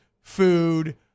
food